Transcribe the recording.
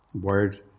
word